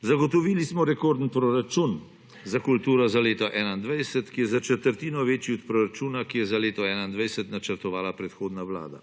Zagotovili smo rekorden proračun za kulturo za leto 2021, ki je za četrtino večji od proračuna, ki ga je za leto 2021 načrtovala predhodna vlada.